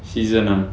season ah